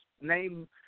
name